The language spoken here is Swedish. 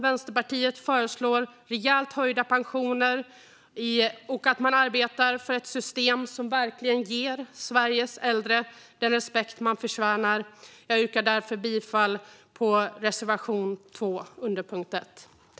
Vänsterpartiet föreslår rejält höjda pensioner och att man arbetar för ett system som verkligen ger Sveriges äldre den respekt de förtjänar. Jag yrkar därför bifall till reservation 2 under punkt 1.